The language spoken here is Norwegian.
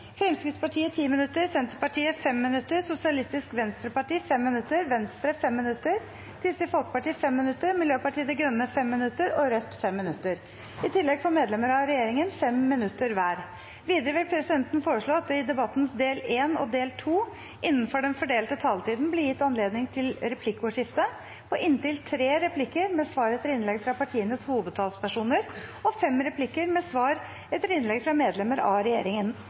Fremskrittspartiet 10 minutter, Senterpartiet 5 minutter, Sosialistisk Venstreparti 5 minutter, Venstre 5 minutter, Kristelig Folkeparti 5 minutter, Miljøpartiet De Grønne 5 minutter og Rødt 5 minutter. I tillegg får medlemmer av regjeringen 5 minutter hver. Videre vil presidenten foreslå at det i debattens del 1 og del 2 – innenfor den fordelte taletid – blir gitt anledning til inntil tre replikker med svar etter innlegg fra partienes hovedtalspersoner og fem replikker med svar etter innlegg fra medlemmer av regjeringen.